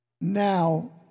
Now